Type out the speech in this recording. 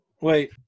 wait